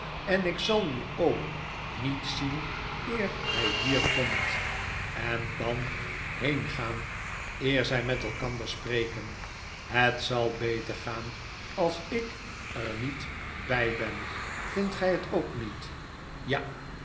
en ik zal uw oom niet zien eer hy hier komt en dan heengaan eer zy met elkander spreken het zal beter gaan als ik er niet bg ben vindt gij het ook niet ja